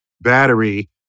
battery